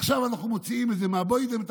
עכשיו אנחנו מוציאים את זה מהבוידעם,